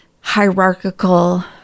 hierarchical